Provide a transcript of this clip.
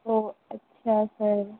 او اچھا سر